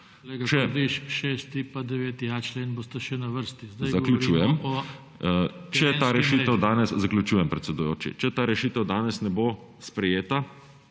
Zaključujem, predsedujoči. Če ta rešitev danes ne bo sprejeta,